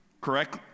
correct